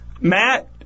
Matt